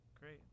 great